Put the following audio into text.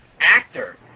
actor